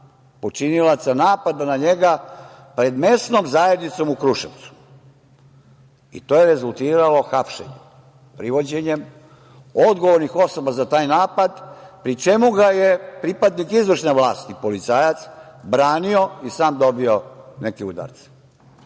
počinilaca napada na njega pred mesnom zajednicom u Kruševcu, i to je rezultiralo hapšenjem, privođenjem odgovornih osoba za taj napad, pri čemu ga je pripadnik izvršne vlasti, policajac, branio i sam dobio neke udarce.